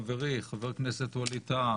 חברי חבר הכנסת ווליד טאהא,